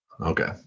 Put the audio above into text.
Okay